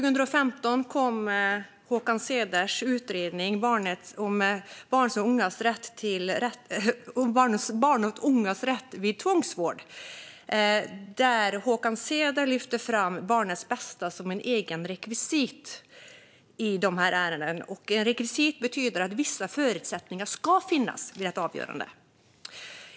År 2015 kom Håkans Ceders utredning Barns och ungas rätt vid tvångsvård , där han lyfter fram barnets bästa som ett eget rekvisit i dessa ärenden. "Rekvisit" betyder att vissa förutsättningar ska finnas vid ett avgörande.